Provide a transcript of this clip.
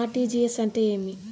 RTGS అంటే ఏమి?